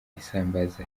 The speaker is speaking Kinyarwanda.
isambaza